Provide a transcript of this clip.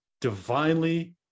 divinely